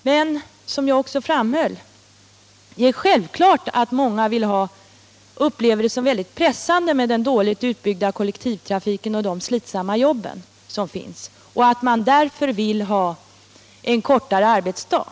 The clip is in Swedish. Men som jag också framhöll är det självklart att många upplever det som väldigt pressande med den dåligt utbyggda kollektivtrafiken och med de slitsamma jobb som finns och därför vill ha en kortare arbetsdag.